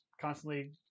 constantly